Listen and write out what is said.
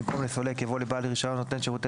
במקום "לסולק" יבוא "לבעל רישיון נותן שירותי